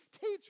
Teach